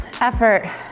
effort